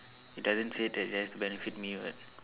it doesn't say that it has to benefit me what